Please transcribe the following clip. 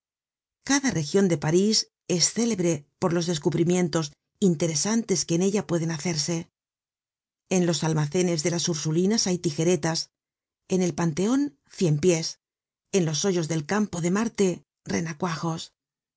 cada region de parís es célebre por los descubrimientos interesantes que en ella pueden hacerse en los almacenes de las ursulinas hay tijeretas en el panteon cien pies en los hoyos del campo de marte renacuajos